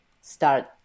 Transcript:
start